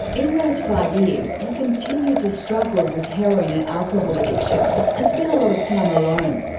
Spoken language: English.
in those five years. he continued to struggle with heroin and alcohol addiction and spent a lot of time alone.